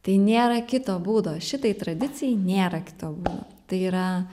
tai nėra kito būdo šitai tradicijai nėra kito būdo tai yra